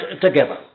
together